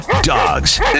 Dogs